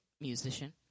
musician